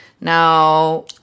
Now